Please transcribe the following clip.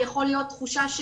פחדים,